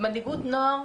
מנהיגות נוער,